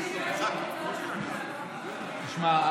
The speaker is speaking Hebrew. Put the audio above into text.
תשמע,